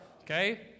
Okay